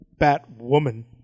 Batwoman